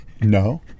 No